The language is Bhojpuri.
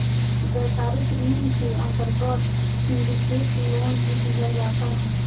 व्यापारिक ऋण के अंतर्गत सिंडिकेट लोन भी दीहल जाता